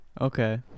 Okay